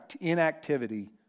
inactivity